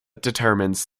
determines